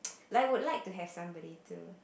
like I would like to have somebody to